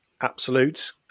absolute